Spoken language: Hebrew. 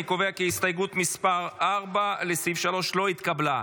אני קובע כי הסתייגות 4 לסעיף 3 לא התקבלה.